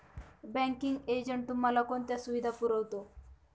Banking agent तुम्हाला कोणत्या सुविधा पुरवतो?